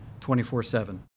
24-7